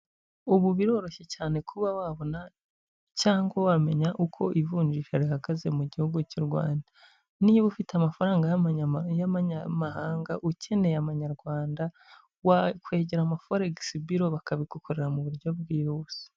Ubu biroroshye cyane kuba wabona cyangwa wamenya uko ivunjisha rihagaze mu gihugu cy'u Rwanda. Niba ufite amafaranga y'amanyamahanga ukeneye amanyarwanda, wakegera ama forexbiru bakabigukorera mu buryo bwihuse.